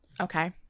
Okay